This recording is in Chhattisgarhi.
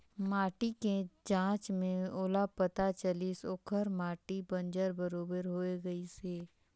माटी के जांच में ओला पता चलिस ओखर माटी बंजर बरोबर होए गईस हे